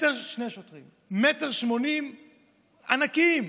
1.8 מ', ענקיים,